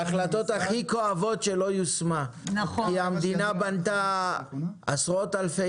זאת אחת ההחלטות הכי כואבות שלא יושמה כי המדינה בנתה עשרות אלפי,